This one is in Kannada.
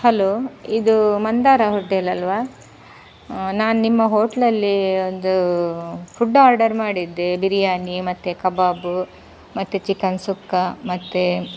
ಹಲೋ ಇದು ಮಂದಾರ ಹೋಟೆಲ್ ಅಲ್ವಾ ನಾನು ನಿಮ್ಮ ಹೋಟೆಲಲ್ಲಿ ಒಂದು ಫುಡ್ ಆರ್ಡರ್ ಮಾಡಿದ್ದೆ ಬಿರಿಯಾನಿ ಮತ್ತು ಕಬಾಬು ಮತ್ತು ಚಿಕನ್ ಸುಕ್ಕ ಮತ್ತು